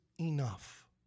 enough